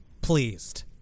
pleased